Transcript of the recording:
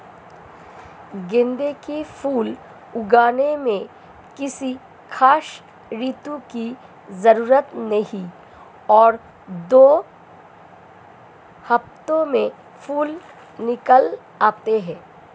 गेंदे के फूल उगाने में किसी खास ऋतू की जरूरत नहीं और दो हफ्तों में फूल निकल आते हैं